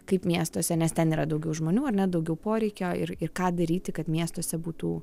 kaip miestuose nes ten yra daugiau žmonių ar ne daugiau poreikio ir ir ką daryti kad miestuose būtų